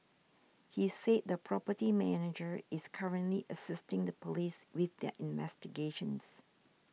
he said the property manager is currently assisting the police with their investigations